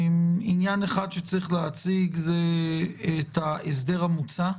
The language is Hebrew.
עניין אחד שצריך להציג זה את ההסדר המוצע.